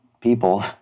people